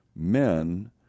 men